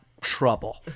trouble